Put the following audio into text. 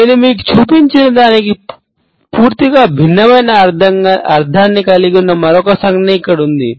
నేను మీకు చూపించిన దానికి పూర్తిగా భిన్నమైన అర్ధాన్ని కలిగి ఉన్న మరొక సంజ్ఞ ఇక్కడ ఉంది